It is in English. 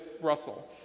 Russell